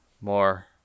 More